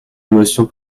émotion